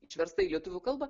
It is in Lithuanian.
išversta į lietuvių kalbą